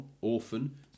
Orphan